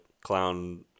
clown